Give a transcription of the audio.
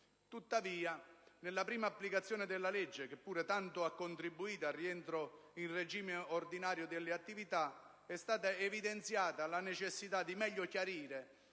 Tuttavia, nella prima applicazione della legge, che pure tanto ha contribuito al rientro in regime ordinario delle attività, è stata evidenziata la necessità di meglio chiarire